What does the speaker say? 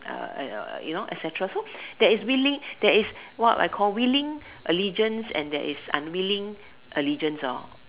uh you know etcetera so that is willing there is what I call willing allegiance and there is unwilling allegiance orh